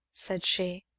said she.